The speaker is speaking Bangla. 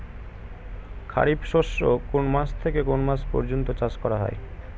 খারিফ শস্য কোন মাস থেকে কোন মাস পর্যন্ত চাষ করা হয়?